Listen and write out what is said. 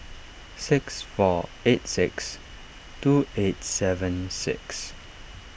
six four eight six two eight seven six